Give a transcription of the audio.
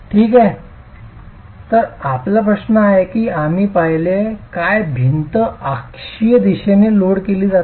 ठीक आहे तर आपला प्रश्न आहे की आम्ही पाहिले काय भिंत अक्षीय दिशेने लोड केली जात आहे